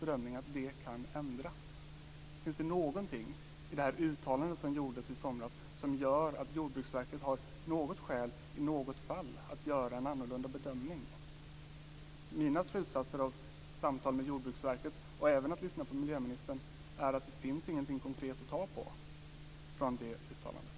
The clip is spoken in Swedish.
Finns det någonting i uttalandet som gjordes i somras som gör att Jordbruksverket har något skäl i något fall att göra en annorlunda bedömning? Mina slutsatser av samtal med Jordbruksverket och även efter att ha lyssnat på miljöministern är att det inte finns något konkret att ta på vad gäller uttalandet.